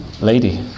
lady